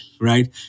right